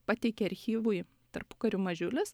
pateikė archyvui tarpukariu mažiulis